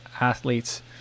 athletes